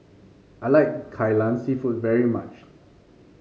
I like Kai Lan seafood very much